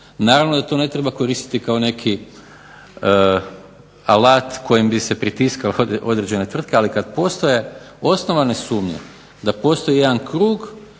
Naravno da to ne treba koristiti kao neki alat kojem bi se pritiskale određene tvrtke, ali kad postoje osnovane sumnje da postoji jedan krug